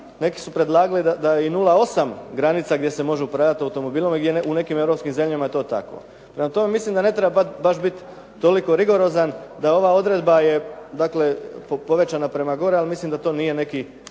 neki su predlagali da i 0,8 granica gdje se može upravljati automobilom u nekim europskim zemljama je to tako. prema tome, mislim da ne treba baš biti toliko rigorozan, da ova odredba je povećana prema gore, ali mislim da to nije neki